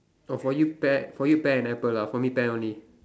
oh for you pear for you pear and apple lah for me pear only